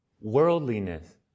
worldliness